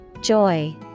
Joy